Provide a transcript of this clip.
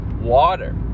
water